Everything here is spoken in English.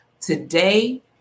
today